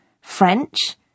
French